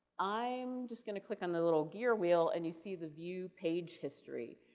i'm just going to click on the little gear wheel and you see the view page history.